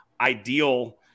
ideal